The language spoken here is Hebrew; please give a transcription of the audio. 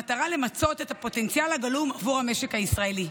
במטרה למצות את הפוטנציאל הגלום עבור המשק הישראלי.